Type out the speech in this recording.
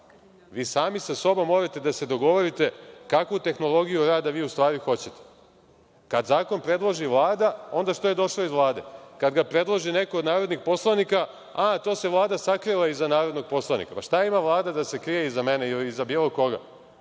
Vi sami sa sobom morate da se dogovorite kakvu tehnologiju rada vi u stvari hoćete. Kad zakon predloži Vlada – onda što je došao iz Vlade? Kad ga predloži neko od narodnih poslanika – a, to se Vlada sakrila iza narodnog poslanika. Šta ima Vlada da se krije iza mene ili iza bilo koga;